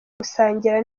gusangira